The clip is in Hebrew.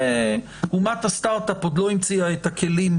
אומת הסטרט-אפ עוד לא המציאה את הכלים,